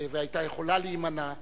והיתה יכולה להימנע.